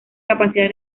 capacidad